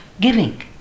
giving